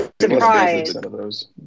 Surprise